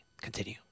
continue